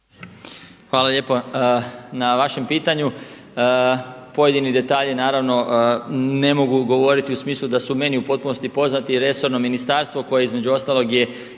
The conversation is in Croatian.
Hvala lijepo na vašem pitanju. Pojedini detalji naravno ne mogu govoriti u smislu da su meni u potpunosti poznati. Resorno ministarstvo koje između ostalog je